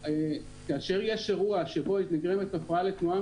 כאשר יש אירוע שבו נגרמת הפרעה לתנועה,